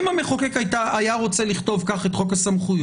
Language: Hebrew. אם המחוקק היה רוצה לכתוב כך את חוק הסמכויות,